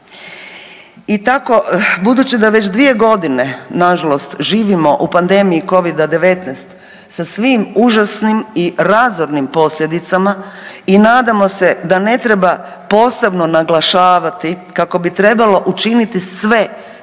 I tako budući da već 2.g. nažalost živimo u pandemije Covid-19 sa svim užasnim i razornim posljedicama i nadamo se da ne treba posebno naglašavati kako bi trebalo učiniti sve da